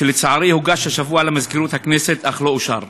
שלצערי הוגש השבוע למזכירות הכנסת אך לא אושר.